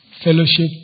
fellowship